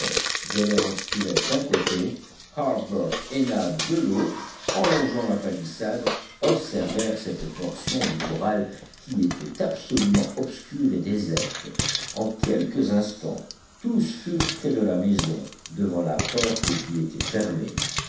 d'un côté harbert et nab de l'autre en longeant la palissade observèrent cette portion du corral qui était absolument obscure et déserte en quelques instants tous furent près de la maison devant la porte qui était fermée